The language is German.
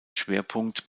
schwerpunkt